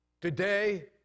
today